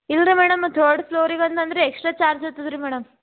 ಇಲ್ರಿ madam third ಫ್ಲೋರಿಗೆ ಅನ್ ಅಂದರೆ ಎಕ್ಸ್ಟ್ರಾ ಚಾರ್ಜ್ ಆಗ್ತದ್ ರೀ ಮೇಡಮ್